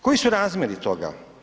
Koji su razmjeri toga?